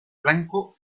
blanco